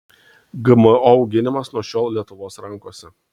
gmo auginimas nuo šiol lietuvos rankose